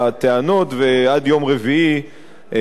ועד יום רביעי ייתן כאן,